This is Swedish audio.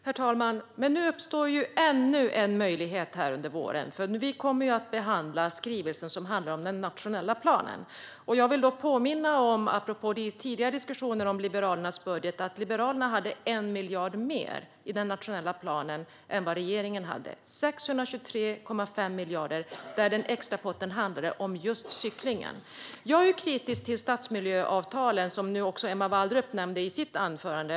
Herr talman! Det kommer att uppstå ännu en möjlighet under våren. Vi kommer nämligen att behandla skrivelsen om den nationella planen. Apropå tidigare diskussioner om Liberalernas budget vill jag påminna om att Liberalerna hade 1 miljard mer i den nationella planen än regeringen hade. Vi hade 623,5 miljarder, och den extra potten handlade om just cykling. Jag är kritisk till stadsmiljöavtalen, som Emma Wallrup också nämnde i sitt anförande.